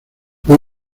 fue